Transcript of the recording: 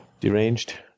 Deranged